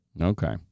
Okay